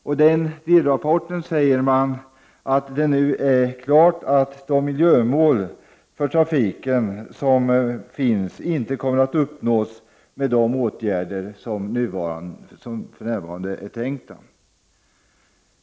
I den säger man att det nu är klart att de miljömål för trafiken som satts upp inte kommer att nås med de åtgärder som för närvarande är tänkta.